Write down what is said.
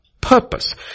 purpose